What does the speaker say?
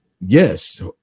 yes